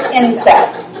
insects